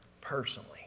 personally